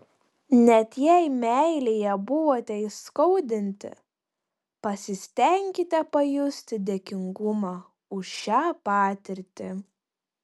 net jei meilėje buvote įskaudinti pasistenkite pajusti dėkingumą už šią patirtį